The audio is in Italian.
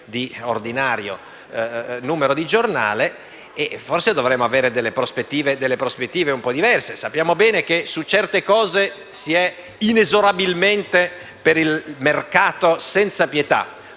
di ordinario numero di giornale, ma forse dovremo avere delle prospettive un po' diverse. Sappiamo bene che su certe cose si è inesorabilmente per il mercato senza pietà,